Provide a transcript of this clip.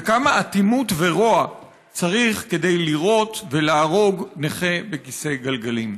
וכמה אטימות ורוע צריך כדי לירות ולהרוג נכה בכיסא גלגלים.